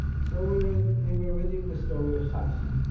so we were we were reading the story of samson